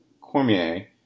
Cormier